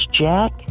Jack